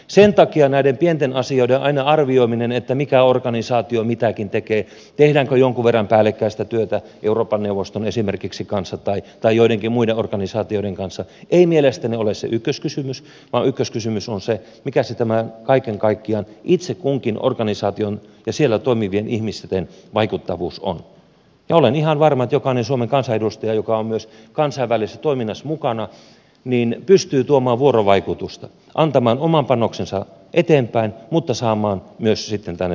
sen takia aina näiden pienten asioiden arvioiminen mikä organisaatio mitäkin tekee tehdäänkö jonkun verran päällekkäistä työtä esimerkiksi euroopan neuvoston kanssa tai joidenkin muiden organisaatioiden kanssa ei mielestäni ole se ykköskysymys vaan ykköskysymys on se mikä kaiken kaikkiaan itse kunkin organisaation ja siellä toimivien ihmisten vaikuttavuus on ja olen ihan varma että jokainen suomen kansanedustaja joka on myös kansainvälisessä toiminnassa mukana pystyy tuomaan vuorovaikutusta antamaan oman panoksensa eteenpäin mutta saamaan myös sitten tänne suomeen jotain